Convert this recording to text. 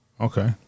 Okay